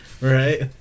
Right